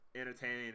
entertaining